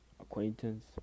acquaintance